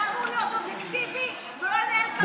אתה אמור להיות אובייקטיבי ולא לנהל קמפיין על כס היושב-ראש.